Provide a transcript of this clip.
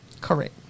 correct